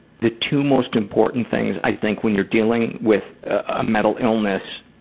the two most important things i think when you're dealing with a mental illness,